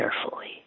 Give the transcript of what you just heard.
carefully